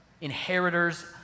Inheritors